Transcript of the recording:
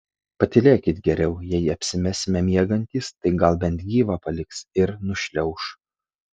patylėkit geriau jei apsimesime miegantys tai gal bent gyvą paliks ir nušliauš